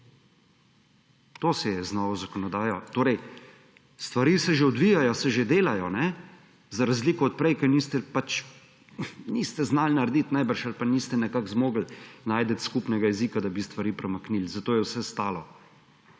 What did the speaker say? To se je z novo zakonodajo … Torej, stari se že odvijajo, se že delajo, kajne, za razliko od prej, ko niste pač znali narediti najbrž ali pa niste nekako zmogli najti skupnega jezika, da bi stvari premaknili, zato je vse stalo.